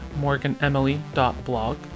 morganemily.blog